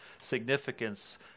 significance